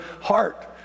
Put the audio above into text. heart